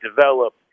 develop